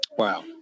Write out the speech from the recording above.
Wow